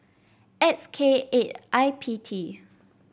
X K eight I P T